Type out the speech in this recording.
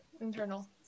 Internal